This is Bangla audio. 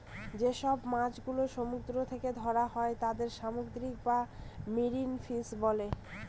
যেসব মাছ গুলো সমুদ্র থেকে ধরা হয় তাদের সামুদ্রিক বা মেরিন ফিশ বলে